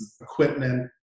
equipment